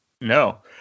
no